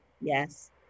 Yes